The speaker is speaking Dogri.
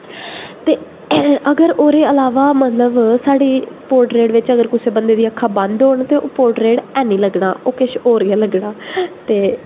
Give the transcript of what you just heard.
ते अगर ओह्दे इलावा मतलब साढ़े पोर्ट्रेट बिच अगर कुसै बंदे दी अक्खां बंद होन ते ओह् पोर्ट्रेट ऐनी लग्गना ओह् किश होर गै लग्गना ते